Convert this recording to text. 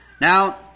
Now